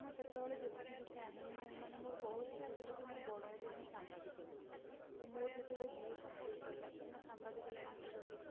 ତ ମୁଁ ସେତେବେଳେ ଯେତିକି ବି ଚାହେଁ ମାନେ ମୋର ବହୁତ ଇଚ୍ଛା ଥିଲା କି ମୁଁ ବଡ଼ ହେଲେ ଜଣେ ସାମ୍ବାଦିକ ହେବି ତ ମୋର ଯେତେବେଳେ ବି ଏ କମ୍ପ୍ଲିଟ ସରିଲା ତ ମୁଁ ସାମ୍ବାଦିକ ଲାଇନ କି ଗଲି